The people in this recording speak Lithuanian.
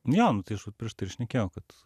jo nu tai aš vat prieš tai ir šnekėjau kad